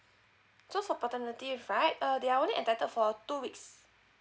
so for paternity leave right uh they are only entitled for two weeks